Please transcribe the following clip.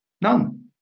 None